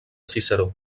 ciceró